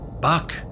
Buck